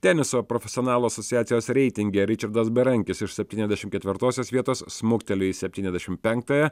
teniso profesionalų asociacijos reitinge ričardas berankis iš septyniasdešim ketvirtosios vietos smuktelėjo į septyniasdešim penktąją